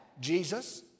Jesus